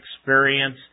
experience